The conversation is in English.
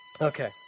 Okay